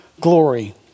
glory